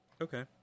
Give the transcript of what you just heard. okay